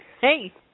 Hey